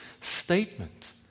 statement